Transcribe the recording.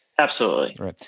absolutely right.